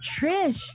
trish